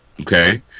okay